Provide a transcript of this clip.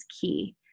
key